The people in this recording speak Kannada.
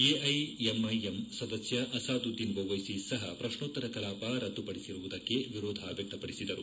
ಎಐಎಂಐಎಂ ಸದಸ್ಯ ಅಸಾದುದ್ದೀನ್ ಒವ್ಯೆಸಿ ಸಹ ಪ್ರಶ್ನೋತ್ತರ ಕಲಾಪ ರದ್ದುಪಡಿಸಿರುವುದಕ್ಕೆ ವಿರೋಧ ವ್ಯಕ್ತಪಡಿಸಿದರು